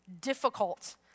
difficult